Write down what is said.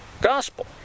gospel